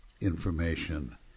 information